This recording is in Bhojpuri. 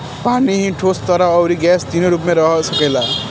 पानी ही ठोस, तरल, अउरी गैस तीनो रूप में रह सकेला